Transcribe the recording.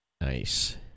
Nice